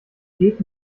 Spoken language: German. geht